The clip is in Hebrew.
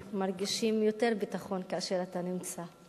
מרגישים יותר ביטחון כאשר אתה נמצא על הכיסא הזה.